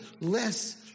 Less